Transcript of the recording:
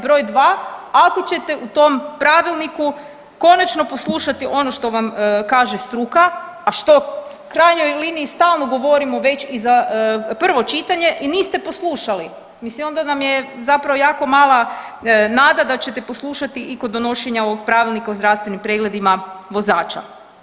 Broj dva, ako ćete u tom pravilniku konačno poslušati ono što vam kaže struka, a što krajnjoj liniji stalno govorimo već i za prvo čitanje i niste poslušali, mislim onda nam je zapravo jako mala nada da ćete poslušati i kod donošenja ovog pravilnika o zdravstvenim pregledima vozača.